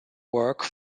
work